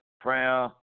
prayer